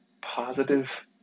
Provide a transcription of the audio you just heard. positive